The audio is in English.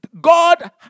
God